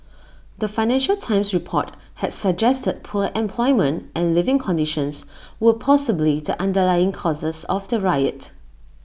the financial times report had suggested poor employment and living conditions were possibly the underlying causes of the riot